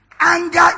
Anger